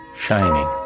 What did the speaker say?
shining